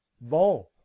bon